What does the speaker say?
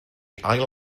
ail